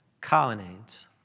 colonnades